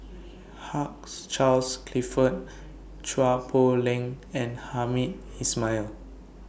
Hugh Charles Clifford Chua Poh Leng and Hamed Ismail